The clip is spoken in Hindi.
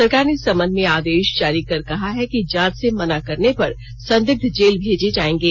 सरकार ने इस संबंध में आदेष जारी कर कहा है कि जांच से मना करने पर संदिग्ध जेल भेजे जायेंगे